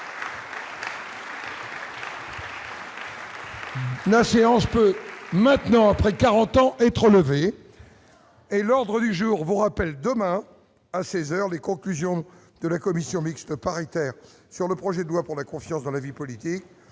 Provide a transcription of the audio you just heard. A séance peut maintenant après 40 ans être levées. Et l'ordre du jour vous rappelle demain à ses heures, les conclusions de la commission mixte paritaire sur le projet de loi pour la confiance dans la vie politique,